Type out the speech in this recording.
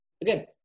again